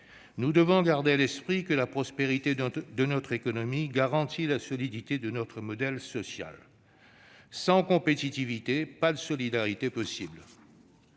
Nous devons garder à l'esprit que la prospérité de notre économie garantit la solidité de notre modèle social. Sans compétitivité, pas de solidarité possible.